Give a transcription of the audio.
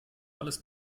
alles